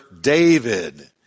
David